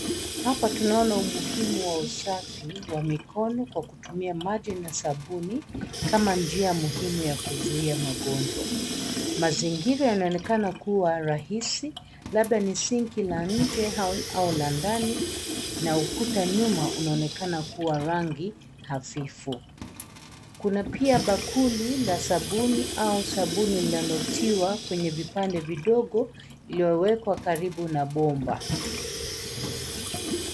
Hapa tunaona umuhimu wa usafi wa mikono kwa kutumia maji na sabuni kama njia muhimu ya kuzuia magonjwa. Mazingira yanaonekana kuwa rahisi labda ni sinki la nje au la ndani na ukuta nyuma unaonekana kuwa rangi hafifu. Kuna pia bakuli la sabuni au sabuni inayotiwa kwa vipande vidogo iliyowekwa karibu na bomba.